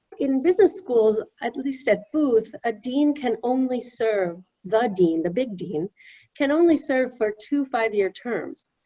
in business schools, at least at booth, a dean can only serve, the dean, the big dean can only serve for two, five year terms.